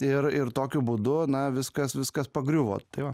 ir ir tokiu būdu na viskas viskas pagriuvo tai va